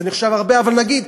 זה נחשב הרבה, אבל נגיד,